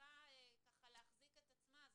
מצליחה להחזיק את עצמה.